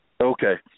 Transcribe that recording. Okay